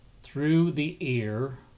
through-the-ear